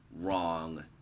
Wrong